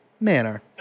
manner